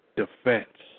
defense